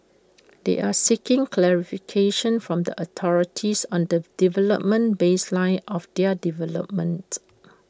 they are seeking clarification from the authorities on the development baseline of their development